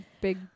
Big